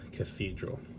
Cathedral